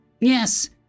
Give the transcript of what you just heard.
Yes